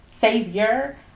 savior